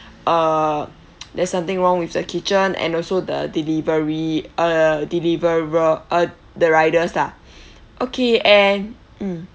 uh there's something wrong with the kitchen and also the delivery uh deliverer uh the riders lah okay and mm